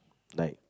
like